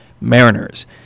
Mariners